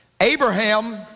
Abraham